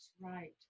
Right